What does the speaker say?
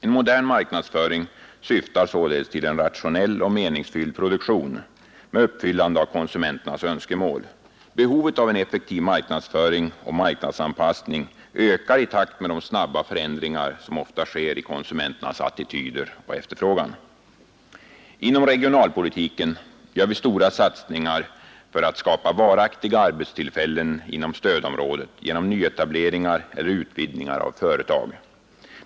En modern marknadsföring syftar således till en rationell och meningsfylld produktion med uppfyllande av konsumenternas önskemål. Behovet av en effektiv marknadsföring och marknadsanpassning ökar i takt med de snabba förändringar som ofta sker i konsumenternas attityder och efterfrågan. Inom regionalpolitiken gör vi stora satsningar för att skapa varaktiga arbetstillfällen inom stödområdet genom nyetableringar eller utvidgningar av företag.